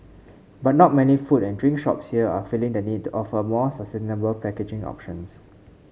but not many food and drink shops here are feeling the need to offer more sustainable packaging options